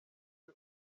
uyu